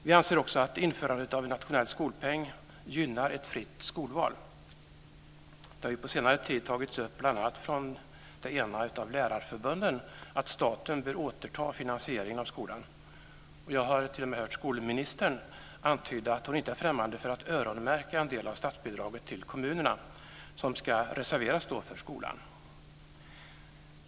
Vi anser också att införandet av en nationell skolpeng gynnar ett fritt skolval. Det har ju på senare tid tagits upp bl.a. från det ena av lärarförbunden att staten bör återta finansieringen av skolan. Jag har t.o.m. hört skolministern antyda att hon inte är främmande för att öronmärka en del av statsbidraget till kommunerna som ska reserveras för skolan.